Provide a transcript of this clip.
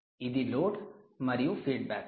ఇది లోడ్ మరియు ఫీడ్బ్యాక్